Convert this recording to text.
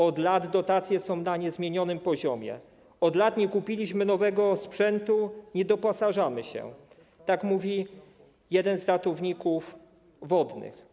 Od lat dotacje są na niezmienionym poziomie, od lat nie kupiliśmy nowego sprzętu, nie doposażamy się - mówi jeden z ratowników wodnych.